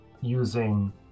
using